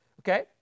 Okay